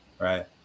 right